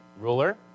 ruler